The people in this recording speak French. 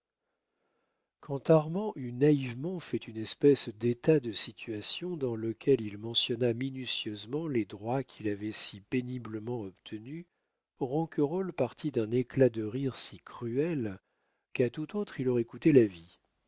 quand armand eut naïvement fait une espèce d'état de situation dans lequel il mentionna minutieusement les droits qu'il avait si péniblement obtenus ronquerolles partit d'un éclat de rire si cruel qu'à tout autre il aurait coûté la vie